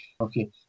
okay